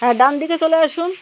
হ্যাঁ ডান দিকে চলে আসুন